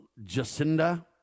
Jacinda